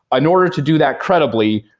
in order to do that credibly,